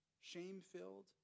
shame-filled